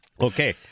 Okay